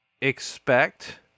expect